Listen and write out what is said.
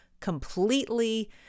completely